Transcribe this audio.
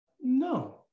No